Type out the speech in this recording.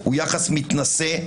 הוא יחס מתנשא,